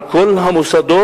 על כל המוסדות,